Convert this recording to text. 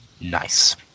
Nice